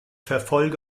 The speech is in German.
verfolge